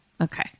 Okay